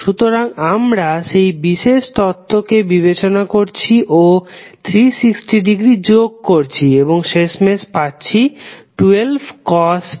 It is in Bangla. সুতরাং আমরা সেই বিশেষ তত্ত্বকে বিবেচনা করছি ও 360 ডিগ্রী যোগ করছি এবং শেষমেশ পাচ্ছি 1250t260